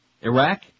Iraq